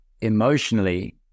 Emotionally